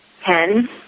Ten